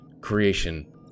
creation